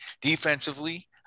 defensively